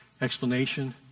explanation